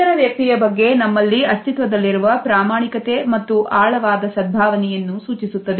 ಇತರ ವ್ಯಕ್ತಿಯ ಬಗ್ಗೆ ನಮ್ಮಲ್ಲಿ ಅಸ್ತಿತ್ವದಲ್ಲಿರುವ ಪ್ರಾಮಾಣಿಕತೆ ಮತ್ತು ಆಳವಾದ ಸದ್ಭಾವನೆಯನ್ನು ಸೂಚಿಸುತ್ತದೆ